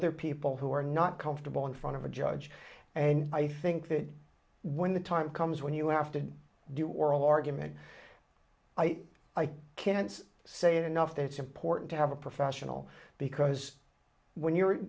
r people who are not comfortable in front of a judge and i think that when the time comes when you have to do oral argument i can't say enough that it's important to have a professional because when you're